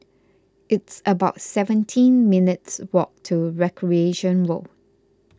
it's about seventeen minutes' walk to Recreation Road